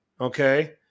Okay